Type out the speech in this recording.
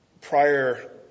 Prior